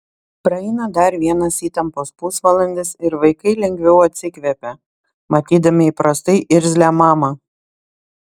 praeina dar vienas įtampos pusvalandis ir vaikai lengviau atsikvepia matydami įprastai irzlią mamą